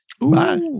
bye